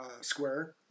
square